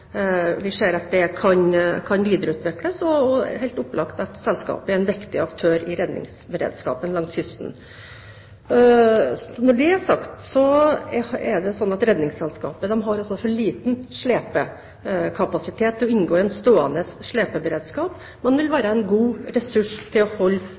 vi ser at det kan videreutvikles. Det er helt opplagt at selskapet er en viktig aktør i redningsberedskapen langs kysten. Når det er sagt, må jeg si at Redningsselskapet har for liten slepekapasitet til å inngå i en stående slepeberedskap, men vil være en god ressurs når det gjelder å holde